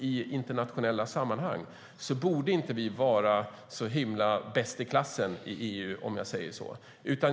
I internationella sammanhang borde vi inte vara så mycket bäst i klassen i EU, om jag säger så.